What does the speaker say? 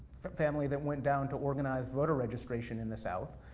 but family that went down to organized voter registration in the south.